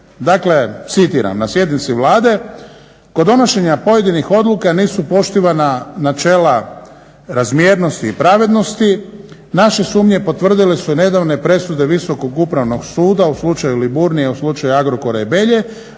Dakle citiram: "Na sjednici Vlade kod donošenja pojedinih odluka nisu poštivana načela razmjernosti i pravednosti, naše sumnje potvrdile su nedavne presude Visokog upravnog suda u slučaju Liburnija, u slučaju